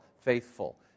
faithful